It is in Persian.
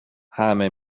همه